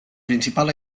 principal